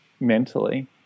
mentally